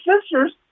sisters